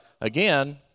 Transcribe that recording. again